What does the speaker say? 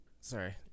sorry